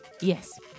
Yes